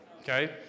Okay